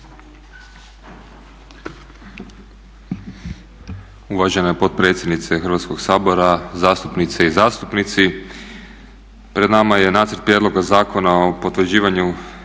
Uvažena potpredsjednice Hrvatskog sabora, zastupnice i zastupnici. Pred nama je nacrt Prijedloga zakona o potvrđivanju